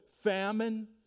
famine